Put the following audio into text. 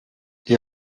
les